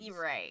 Right